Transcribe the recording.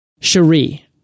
Sheree